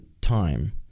time